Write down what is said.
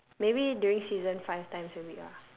maybe during season five times a week ah